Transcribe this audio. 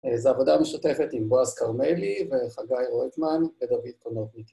זו עבודה משותפת עם בועז כרמלי וחגי רויטמן ודוד קונוביד